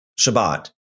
Shabbat